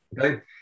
Okay